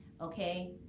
Okay